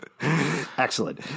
Excellent